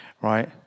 right